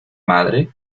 madre